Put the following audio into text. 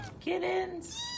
Kittens